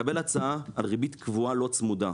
מקבל הצעה על ריבית קבועה לא צמודה,